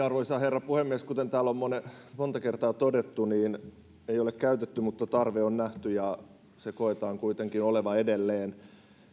arvoisa herra puhemies kuten täällä on monta kertaa todettu niin osastoja ei ole käytetty mutta tarve on nähty ja sen koetaan kuitenkin olevan edelleen